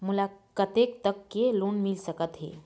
मोला कतेक तक के लोन मिल सकत हे?